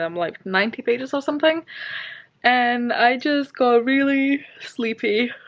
um like, ninety pages or something and i just got really sleepy.